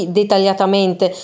dettagliatamente